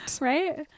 Right